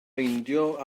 meindio